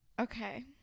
Okay